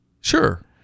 sure